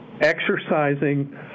exercising